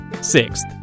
Sixth